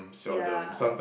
ya